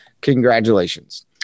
Congratulations